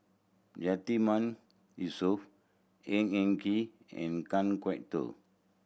Yatiman Yusof Ng Eng Kee and Kan Kwok Toh